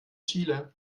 chile